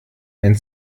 einen